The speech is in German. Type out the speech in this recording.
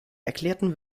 erklärten